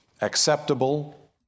acceptable